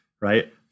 right